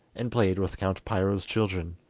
and played with count piro's children.